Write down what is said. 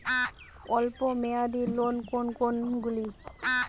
অল্প মেয়াদি লোন কোন কোনগুলি?